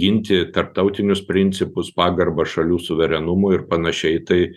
ginti tarptautinius principus pagarbą šalių suverenumui ir panašiai tai